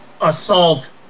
Assault